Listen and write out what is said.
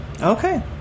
Okay